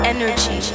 Energy